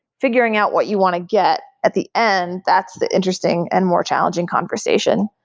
figuring out what you want to get at the end, that's the interesting and more challenging conversation.